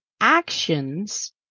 actions